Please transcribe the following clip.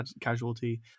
casualty